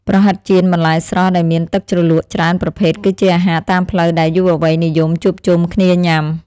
ប្រហិតចៀនបន្លែស្រស់ដែលមានទឹកជ្រលក់ច្រើនប្រភេទគឺជាអាហារតាមផ្លូវដែលយុវវ័យនិយមជួបជុំគ្នាញ៉ាំ។